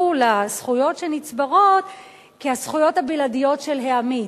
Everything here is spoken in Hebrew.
לזכויות שנצברות כזכויות הבלעדיות של העמית.